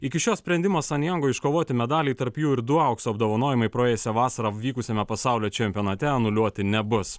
iki šio sprendimo san jango iškovoti medaliai tarp jų ir du aukso apdovanojimai praėjusią vasarą vykusiame pasaulio čempionate anuliuoti nebus